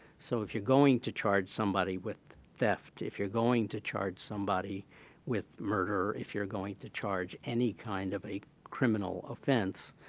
so if you're going to charge somebody with theft, if you're going to charge somebody with murder, if you're going to charge any kind of a criminal offense,